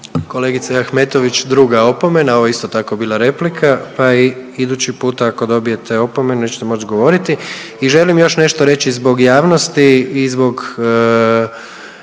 Kolegice Ahmetović druga opomena ovo je isto tako bila replika pa idući puta ako dobijete opomenu nećete moć govoriti. I želim još nešto reći zbog javnosti i zbog